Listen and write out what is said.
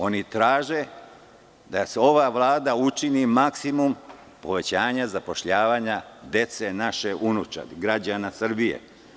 Oni traže da ova Vlada učini maksimum povećanja zapošljavanja dece, unučadi, građana Srbije.